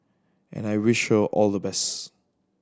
and I wish her all the best